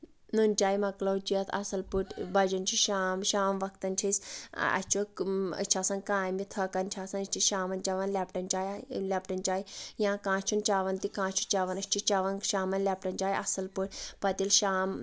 نوٗن چاے مۄکلٲو چھٮ۪تھ اَصٕل پٲٹھۍ بَجان چھِ شام شام وقتَن چھِ أسۍ اَسہِ چھُ أسۍ چھِ آسان کامہِ تھکان چھِ آسان أسۍ چھِ شامَن چیوان لیپٹن چاے یا لیٚپٹن چاے یا کانٛہہ چھُ نہٕ چیوان تہِ کانٛہہ چھُ چیاون أسۍ چھِ چیوان شامَن لیپٹن چاے اَصٕل پٲٹھۍ پَتہٕ ییٚلہِ شام